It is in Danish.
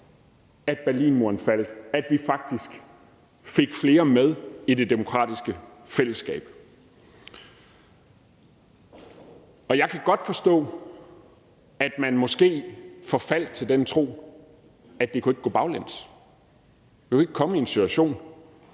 at Berlinmuren faldt, og at vi faktisk fik flere med i det demokratiske fællesskab. Og jeg kan godt forstå, at man måske forfaldt til den tro, at det ikke kunne gå baglæns; vi kunne ikke komme i en situation,